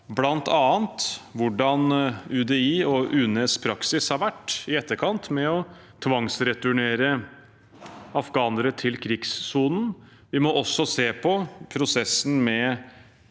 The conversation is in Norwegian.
bl.a. hvordan UDI og UNEs praksis har vært i etterkant med å tvangsreturnere afghanere til krigssonen. Vi må også se på prosessen med